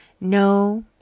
No